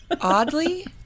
Oddly